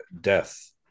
death